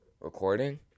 recording